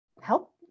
help